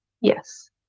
Yes